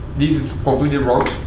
this is completely wrong.